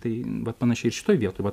tai vat panašiai šitoj vietoj vat